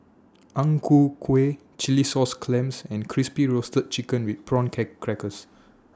Ang Ku Kueh Chilli Sauce Clams and Crispy Roasted Chicken with Prawn Crackers